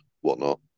whatnot